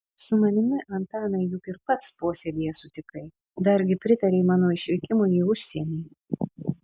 su manimi antanai juk pats ir posėdyje sutikai dargi pritarei mano išvykimui į užsienį